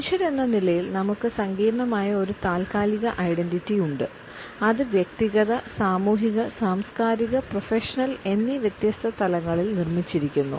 മനുഷ്യരെന്ന നിലയിൽ നമുക്ക് സങ്കീർണ്ണമായ ഒരു താൽക്കാലിക ഐഡന്റിറ്റി ഉണ്ട് അത് വ്യക്തിഗത സാമൂഹിക സാംസ്കാരിക പ്രൊഫഷണൽ എന്നീ വ്യത്യസ്ത തലങ്ങളിൽ നിർമ്മിച്ചിരിക്കുന്നു